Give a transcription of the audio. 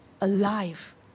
alive